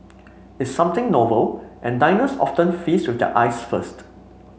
it's something novel and diners often feast with their eyes first